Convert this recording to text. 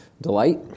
delight